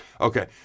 Okay